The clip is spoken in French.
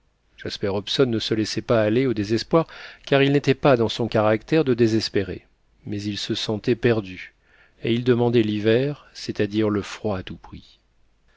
jasper hobson ne se laissait pas aller au désespoir car il n'était pas dans son caractère de désespérer mais il se sentait perdu et il demandait l'hiver c'est-à-dire le froid à tout prix